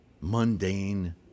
mundane